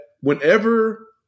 whenever